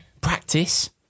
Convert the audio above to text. practice